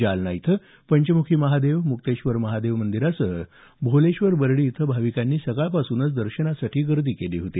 जालना इथं पंचमुखी महादेव मुक्तेश्वर महादेव मंदिरासह भोलेश्वर बरडी इथं भाविकांनी सकाळपासूनच दर्शनासाठी गर्दी केली होती